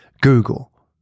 Google